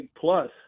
Plus